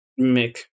Mick